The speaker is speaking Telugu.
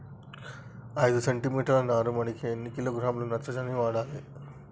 ఐదు సెంటి మీటర్ల నారుమడికి ఎన్ని కిలోగ్రాముల నత్రజని వాడాలి?